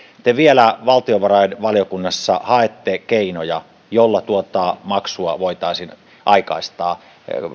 te vielä valtiovarainvaliokunnassa haette keinoja joilla tuota maksua voitaisiin aikaistaa